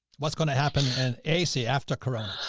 what's going to happen and ac after cora.